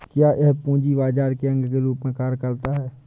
क्या यह पूंजी बाजार के अंग के रूप में कार्य करता है?